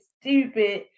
stupid